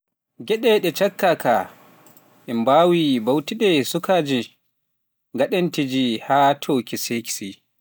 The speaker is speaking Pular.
geɗe ɗe cikkaaka ina mbaawi ɓamtude suukaraaji gaadanteeji haa tooweeki kesi